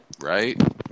Right